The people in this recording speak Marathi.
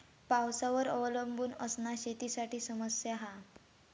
पावसावर अवलंबून असना शेतीसाठी समस्या हा